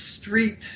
street